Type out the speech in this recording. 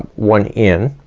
one in,